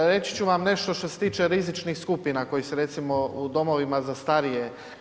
Reći ću vam nešto što se tiče rizičnih skupina koji su recimo u domovima za starije.